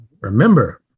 Remember